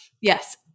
yes